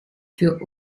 für